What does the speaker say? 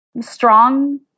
strong